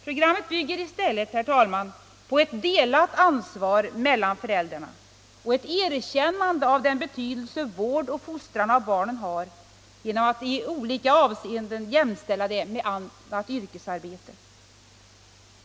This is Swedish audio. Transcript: Programmet bygger i stället, herr talman, på ett delat ansvar mellan föräldrarna och ett erkännande av den betydelse vård och fostran av barnen har genom att man i olika avseenden jämställer denna verksamhet med annat yrkesarbete.